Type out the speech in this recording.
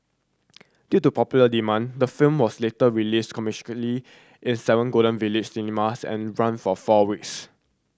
due to popular demand the film was later released commercially in seven Golden Village cinemas and ran for four weeks